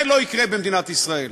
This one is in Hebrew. זה לא יקרה במדינת ישראל.